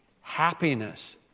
happiness